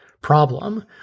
problem